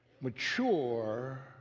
mature